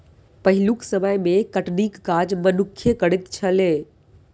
पहिलुक समय मे कटनीक काज मनुक्खे करैत छलै